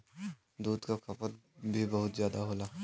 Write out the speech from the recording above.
दूध क खपत भी बहुत जादा होला